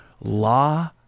Law